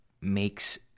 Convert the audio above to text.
makes